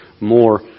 more